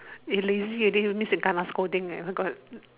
you lazy already means you kena scolding already where God